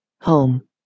home